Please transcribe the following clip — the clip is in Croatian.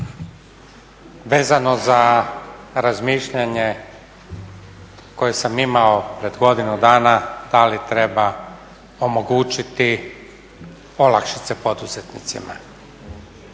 Vezano za razmišljanje koje sam imao pred godinu dana da li treba omogućiti olakšice poduzetnicima.